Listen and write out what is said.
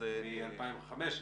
בנושא --- מ-2015.